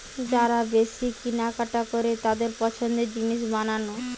যারা বেশি কিনা কাটা করে তাদের পছন্দের জিনিস বানানো